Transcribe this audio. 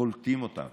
קולטים אותם